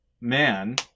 man